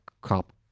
cop